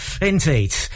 Indeed